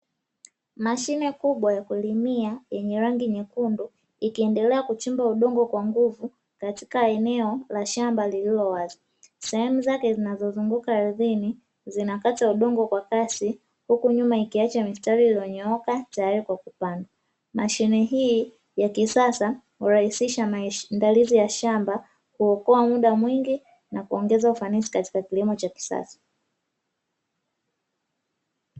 Mashine kubwa ya kulimia yenye rangi nyekundu ikiendelea kuchimba udongo kwa nguvu katika eneo la shamba lililo wazi, sehemu zake zinazozunguka ardhini zinakata udongo kwa kasi huku nyuma ikiacha mistari iliyonyooka tayari kwa kupanda mashine hii ya kisasa kurahisisha maisha ya shamba kuokoa muda mwingi na kuongeza ufanisi katika kilimo cha kisasa.